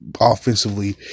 offensively